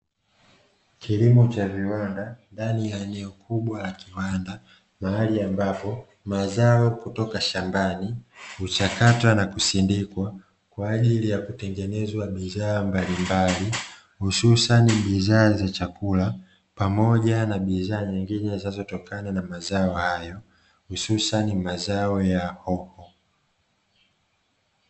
Kilimo cha viwanda ndani ya eneo kubwa la kiwanda mahali ambapo mazao kutoka shambani huchakatwa na kusindikwa kwa ajili ya kutengenezwa bidhaa mbalimbali hususani bidhaa za chakula pamoja na bidhaa nyingine zinazotokana na mazao hayo hususani kwa mazao ya hoho.